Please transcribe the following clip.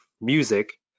music